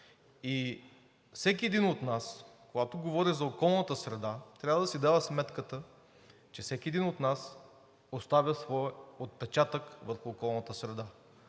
И всеки един от нас, когато говори за околната среда, трябва да си дава сметка, че всеки един от нас оставя своя отпечатък върху околната среда.